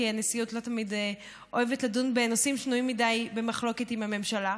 כי הנשיאות לא תמיד אוהבת לדון בנושאים שנויים מדי במחלוקת עם הממשלה,